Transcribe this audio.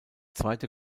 zweite